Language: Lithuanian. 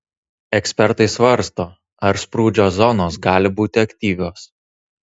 ekspertai svarsto ar sprūdžio zonos gali būti aktyvios